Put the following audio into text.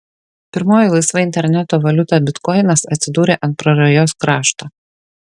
pirmoji laisva interneto valiuta bitkoinas atsidūrė ant prarajos krašto